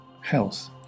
health